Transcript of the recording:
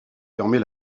permet